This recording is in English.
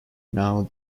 now